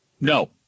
No